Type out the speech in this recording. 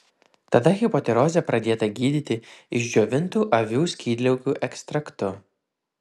tada hipotirozė pradėta gydyti išdžiovintu avių skydliaukių ekstraktu